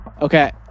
okay